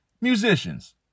musicians